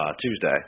tuesday